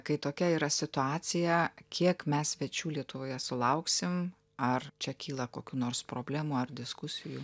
kai tokia yra situacija kiek mes svečių lietuvoje sulauksim ar čia kyla kokių nors problemų ar diskusijų